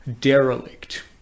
derelict